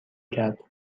کرد